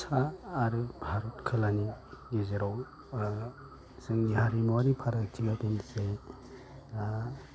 सा आरो भारत खोलानि गेजेराव जोंनि हारिमुवारि फारागथिया बेनोसै